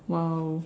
!wow!